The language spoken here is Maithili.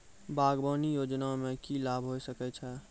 बागवानी योजना मे की लाभ होय सके छै?